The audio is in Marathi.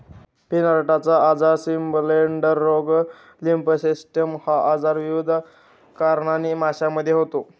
फिनार्टचा आजार, स्विमब्लेडर रोग, लिम्फोसिस्टिस हा आजार विविध कारणांनी माशांमध्ये होतो